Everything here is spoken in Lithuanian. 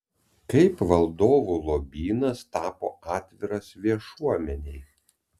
kaip valdovų lobynas tapo atviras viešuomenei